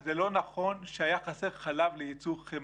זה לא נכון שהיה חסר חלב לייצור חמאה.